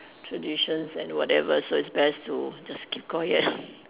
traditions and whatever so it's best to just keep quiet